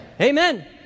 Amen